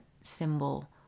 symbol